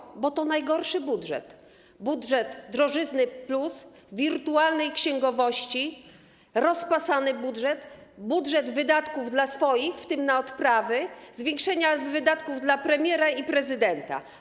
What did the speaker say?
Dlatego, że to jest najgorszy budżet, budżet drożyzny+, wirtualnej księgowości, rozpasany budżet, budżet wydatków na swoich, w tym na odprawy, zwiększenie wydatków dla premiera i prezydenta.